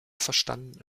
verstanden